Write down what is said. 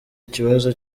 ikibazo